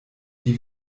die